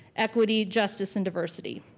equity, justice, and diversity.